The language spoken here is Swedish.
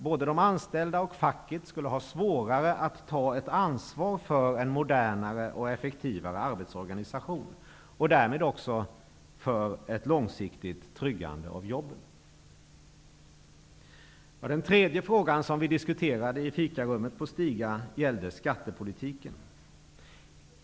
Både de anställda och facket skulle ha svårare att ta ett ansvar för en modernare och effektivare arbetsorganisation, och därmed också för ett långsiktigt tryggande av jobben. Den tredje frågan vi diskuterade i fikarummet på Stiga gällde skattepolitiken.